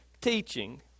teaching